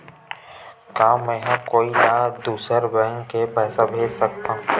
का मेंहा कोई ला दूसर बैंक से पैसा भेज सकथव?